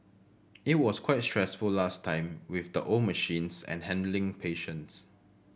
it was quite stressful last time with the old machines and handling patients